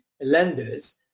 lenders